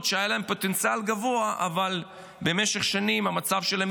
שהיה להן פוטנציאל גבוה אבל במשך שנים המצב שלהן